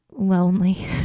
lonely